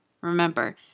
Remember